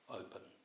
open